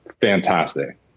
fantastic